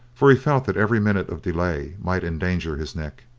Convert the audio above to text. for he felt that every minute of delay might endanger his neck.